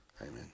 Amen